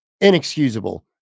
inexcusable